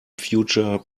future